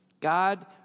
God